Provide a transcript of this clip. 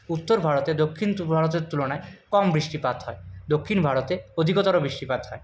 উত্তর ভারতে দক্ষিণ ভারতের তুলনায় কম বৃষ্টিপাত হয় দক্ষিণ ভারতে অধিকতর বৃষ্টিপাত হয়